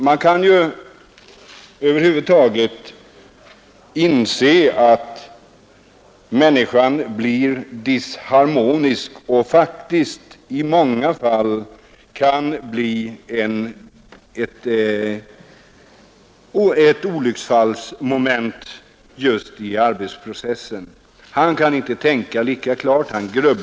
Man bör inse att han blir disharmonisk och faktiskt i många fall kan vara ett olycksfallsmoment i arbetsprocessen. Han kan inte tänka lika klart som förut.